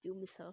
do you miss her